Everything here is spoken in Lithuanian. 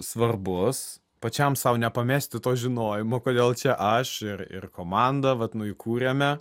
svarbus pačiam sau nepamesti to žinojimo kodėl čia aš ir ir komanda vat nu įkūrėme